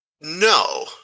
No